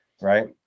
Right